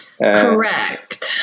Correct